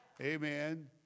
Amen